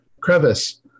crevice